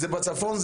זה בצפון,